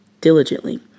diligently